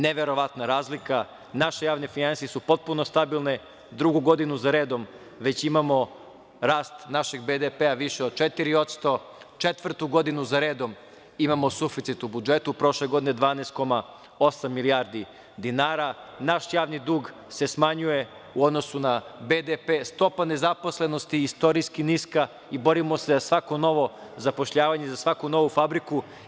Neverovatna razlika, naše javne finansije su potpuno stabilne, drugu godinu za redom već imamo rast našeg BDP-a više od 4%, četvrtu godinu za redom imamo suficit u budžetu, prošle godine 12,8 milijardi dinara, naš javni dug se smanjuje, u odnosu na BDP, stopa nezaposlenosti istorijski niska i borimo se za svako novo zapošljavanje, za svaku novu fabriku.